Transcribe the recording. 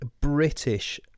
British